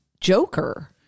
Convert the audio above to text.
Joker